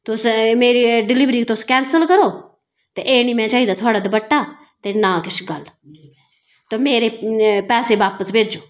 तुस मेरी डिलीबरी तुस कैंसल करो ते एह् नेईं में चाहिदा थोहाड़ा दुपट्टा ते ना किश गल्ल ते मेरे पैसे बापस भेजो